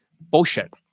bullshit